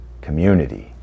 community